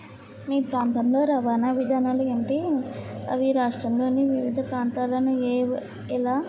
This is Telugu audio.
మీ ప్రాంతంలో రవాణా విధానాలు ఏమిటి అవి రాష్ట్రంలోని వివిధ ప్రాంతాలను ఏ ఎలా